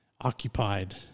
occupied